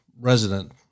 resident